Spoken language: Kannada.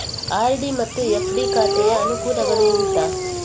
ಆರ್.ಡಿ ಮತ್ತು ಎಫ್.ಡಿ ಖಾತೆಯ ಅನುಕೂಲಗಳು ಎಂತ?